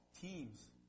teams